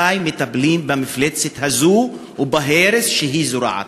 מתי מטפלים במפלצת הזו ובהרס שהיא זורעת.